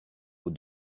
aux